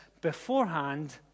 beforehand